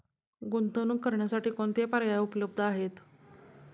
गुंतवणूक करण्यासाठी कोणते पर्याय उपलब्ध आहेत?